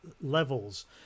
levels